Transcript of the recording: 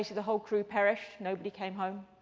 the whole crew perished. nobody came home.